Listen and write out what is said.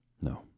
no